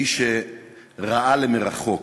איש שראה למרחוק,